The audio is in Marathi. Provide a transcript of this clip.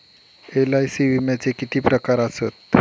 एल.आय.सी विम्याचे किती प्रकार आसत?